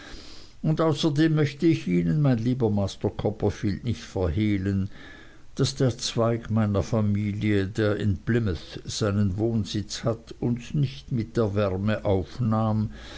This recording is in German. und außerdem möchte ich ihnen mein lieber master copperfield nicht verhehlen daß der zweig meiner familie der in plymouth seinen wohnsitz hat uns nicht mit der wärme aufnahm